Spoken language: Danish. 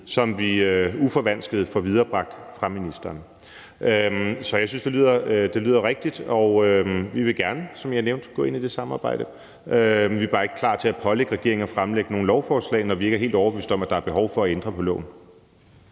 som vi uforvansket får viderebragt fra ministeren. Så jeg synes, det lyder rigtigt, og vi vil gerne, som jeg nævnte, gå ind i det samarbejde, men vi er bare ikke klar til at pålægge regeringen at fremsætte nogle lovforslag, når vi ikke er helt overbevist om, at der er behov for at ændre på loven.